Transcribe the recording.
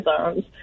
zones